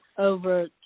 over